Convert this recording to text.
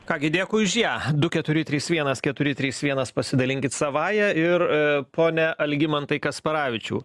ką gi dėkui už ją du keturi trys vienas keturi trys vienas pasidalinkit savąja ir pone algimantai kasparavičiau